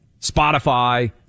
Spotify